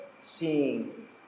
seeing